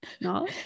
No